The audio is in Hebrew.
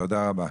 תודה רבה.